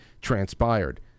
transpired